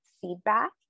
feedback